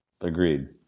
Agreed